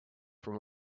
from